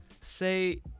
Say